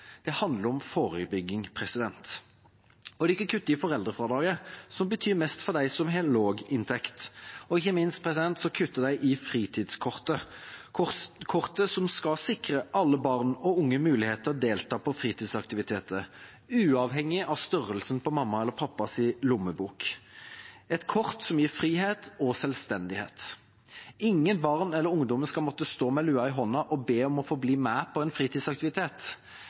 Det handler om forebygging. Det er ikke å kutte i foreldrefradraget som betyr mest for dem som har en lav inntekt. Ikke minst kutter de i fritidskortet, kortet som skal sikre alle barn og unge mulighet til å delta på fritidsaktiviteter uavhengig av størrelsen på mammas eller pappas lommebok – et kort som gir frihet og selvstendighet. Ingen barn eller ungdommer skal måtte stå med lua i hånda og be om å få bli med på en fritidsaktivitet.